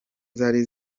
zari